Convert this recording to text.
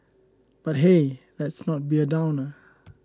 but hey let's not be a downer